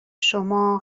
شما